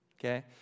Okay